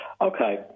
Okay